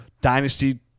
dynasty